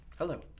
Hello